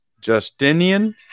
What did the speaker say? Justinian